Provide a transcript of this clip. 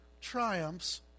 triumphs